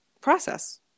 process